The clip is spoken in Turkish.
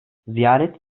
ziyaret